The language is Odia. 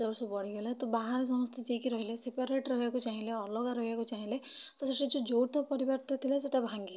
ସବୁ ବଢ଼ିଗଲା ତ ବାହାରେ ସମସ୍ତେ ଯାଇକି ରହିଲେ ସେପାରେଟ୍ ରହିବାକୁ ଚାହିଁଲେ ତ ସେଇଟା ଯୌଥ ପରିବାରଟା ଥିଲା ସେଇଟା ଭାଙ୍ଗିଗଲା